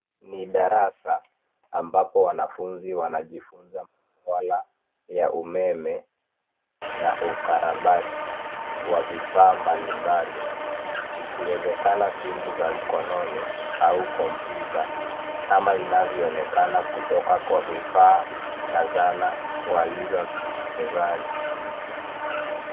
Ni darasa ambapo wanafunzi wanajifunza wala la umeme na ukarabati wa vifaa mbalimbali ikiwezekana simu ya mkononi au kompyuta kama inayoonekana kutoka kwa vifaa na zana walizo mezani.